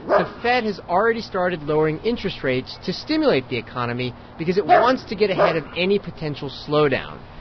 the fed has already started lowering interest rates to stimulate the economy because it wants to get ahead of any potential slowdown,